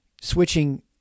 switching